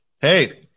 Hey